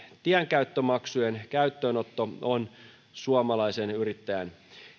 tienkäyttömaksujen käyttöönotto on suomalaisen yrittäjän